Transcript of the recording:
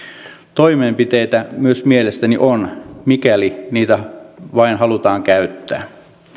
toimenpiteitä myös mielestäni on mikäli niitä vain halutaan käyttää